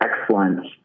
excellent